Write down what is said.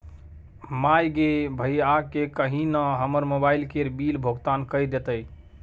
माय गे भैयाकेँ कही न हमर मोबाइल केर बिल भोगतान कए देतै